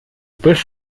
bist